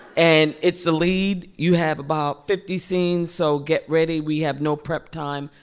and it's the lead. you have about fifty scenes, so get ready. we have no prep time.